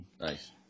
Nice